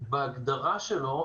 בהגדרה שלו,